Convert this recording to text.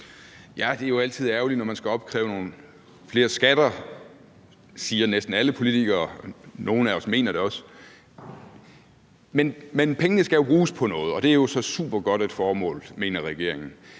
Det er jo altid ærgerligt, når man skal opkræve nogle flere skatter, siger næsten alle politikere, og nogle af os mener det også. Men pengene skal jo bruges på noget, og det er jo så et supergodt formål, mener regeringen.